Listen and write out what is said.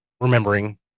remembering